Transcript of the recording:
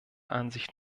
ansicht